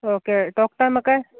okay talk time ഒക്കെ